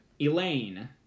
Elaine